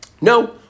no